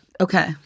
Okay